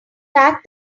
fact